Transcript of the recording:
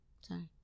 Sorry